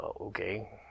Okay